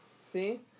See